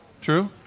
True